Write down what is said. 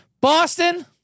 Boston